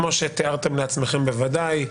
כמו שתיארתם לעצמכם בוודאי,